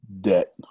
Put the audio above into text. debt